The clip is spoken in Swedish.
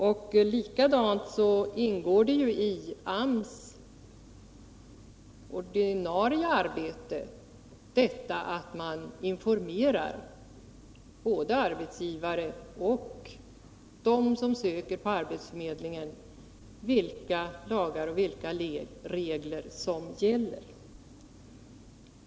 På samma sätt ingår det i AMS ordinarie arbete att informera både arbetsgivarna och dem som söker vid arbetsförmedlingarna om vilka lagar och regler som gäller.